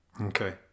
Okay